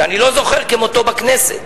שאני לא זוכר כמותו בכנסת,